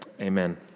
Amen